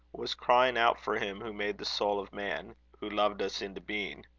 was crying out for him who made the soul of man, who loved us into being,